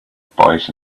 boys